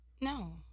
No